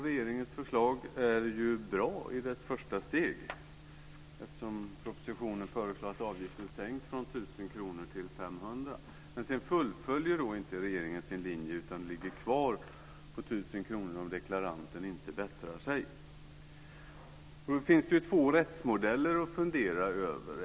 Regeringens förslag om förseningsavgiften är bra i dess första steg eftersom propositionen föreslår att avgiften sänks från 1 000 kr till 500 kr. Men sedan fullföljer regeringen inte sin linje utan ligger kvar på Det finns två rättsmodeller att fundera över.